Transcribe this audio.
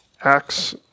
Acts